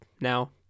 now